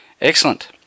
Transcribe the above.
Excellent